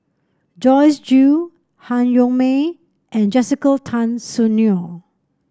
Joyce Jue Han Yong May and Jessica Tan Soon Neo